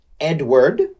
Edward